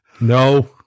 no